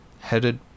headed